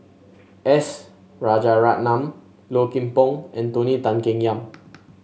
S Rajaratnam Low Kim Pong and Tony Tan Keng Yam